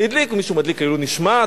מישהו צריך להדליק לעילוי נשמת,